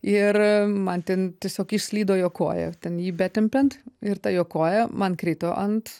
ir man ten tiesiog išslydo jo koja ten jį betempiant ir ta jo koja man krito ant